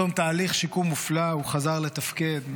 בתום תהליך שיקום מופלא הוא חזר לתפקד,